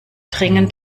dringend